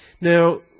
Now